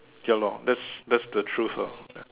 ya lor that's that's the truth lor